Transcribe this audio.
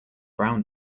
brown